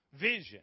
Vision